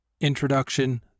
introduction